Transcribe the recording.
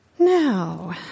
Now